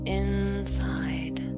inside